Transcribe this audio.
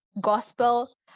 gospel